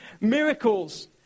miracles